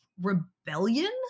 rebellion